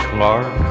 Clark